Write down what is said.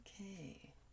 Okay